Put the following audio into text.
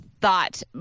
thought